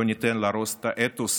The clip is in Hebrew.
לא ניתן להרוס את האתוס